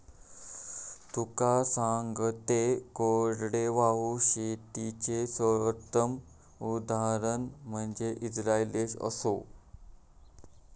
तुका सांगतंय, कोरडवाहू शेतीचे सर्वोत्तम उदाहरण म्हनजे इस्राईल देश आसा